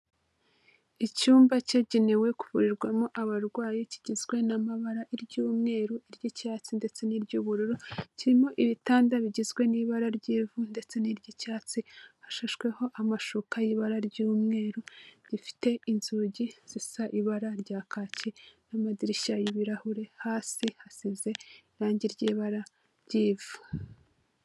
Icyumba cyegenewe kuvurirwamo abarwayi kigizwe n'amabara iry'umweru, iry'icyatsi ndetse n'iry'ubururu kirimo ibitanda bigizwe n'ibara ry'ivu ndetse n'iry'icyatsi hashashweho amashuka y'ibara ry'umweru rifite inzugi zisa ibara rya kaki n'amadirishya y'ibirahure hasi hasize irangi ry'ibara ry'ivu.